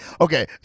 okay